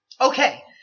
Okay